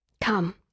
Come